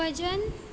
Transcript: भजन